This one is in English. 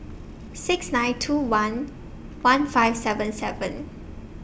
six nine two one one five seven seven